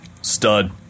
Stud